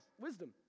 wisdom